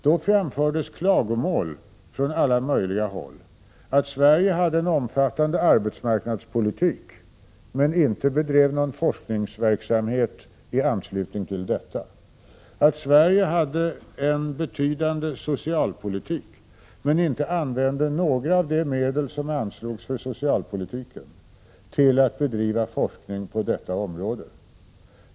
Då framfördes klagomål från alla möjliga håll om att Sverige hade en omfattande arbetsmarknadspolitik, men inte bedrev forskningsverksamhet i anslutning till den, att Sverige hade en betydande socialpolitik, men att inte några av de medel som anslogs för socialpolitiken användes för att bedriva forskning på området.